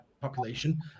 population